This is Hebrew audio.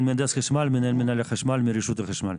מהנדס חשמל מרשות החשמל.